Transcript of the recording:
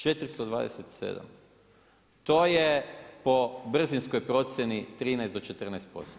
427 to je po brzinskoj procjeni 13 do 14%